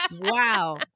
Wow